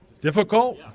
Difficult